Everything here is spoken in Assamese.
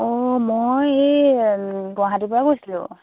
অঁ মই এই গুৱাহাটীৰ পৰা কৈছিলোঁ